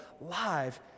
live